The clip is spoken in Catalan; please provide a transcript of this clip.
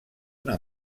una